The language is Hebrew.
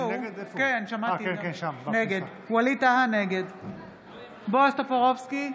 נגד בועז טופורובסקי,